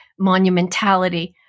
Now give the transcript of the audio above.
monumentality